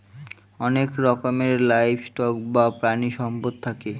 অনেক রকমের livestock বা প্রানীসম্পদ থাকে